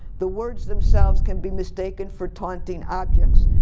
the words themselves can be mistaken for taunting objects.